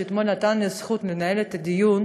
שאתמול נתן לי זכות לנהל את הדיון,